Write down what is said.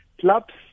clubs